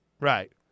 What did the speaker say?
right